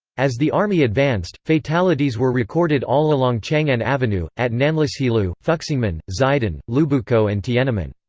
as the army advanced, fatalities were recorded all along chang'an avenue, at nanlishilu, fuxingmen, xidan, liubukou and tiananmen.